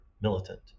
militant